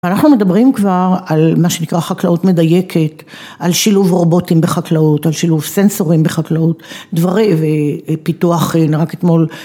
אנחנו מדברים כבר על מה שנקרא חקלאות מדייקת, על שילוב רובוטים בחקלאות, על שילוב סנסורים בחקלאות, דברי ופיתוח הנה רק אתמול.